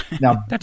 Now